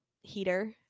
heater